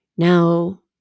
Now